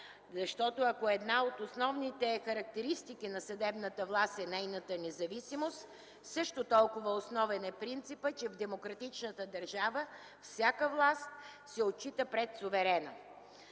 защото, ако една от основните характеристики на съдебната власт е нейната независимост, също толкова основен е принципът, че в демократичната държава всяка власт се отчита пред суверена.